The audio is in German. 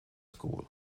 school